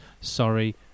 sorry